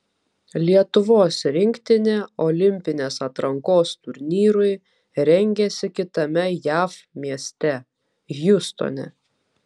lietuvos rinktinė olimpinės atrankos turnyrui rengiasi kitame jav mieste hjustone